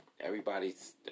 Everybody's